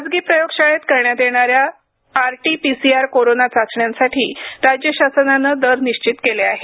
खासगी प्रयोगशाळेत करण्यात येणाऱ्या आरटी पीसीआर कोरोना चाचण्यांसाठी राज्य शासनाने दर निश्चित केले आहेत